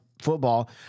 football